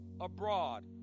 abroad